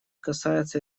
касается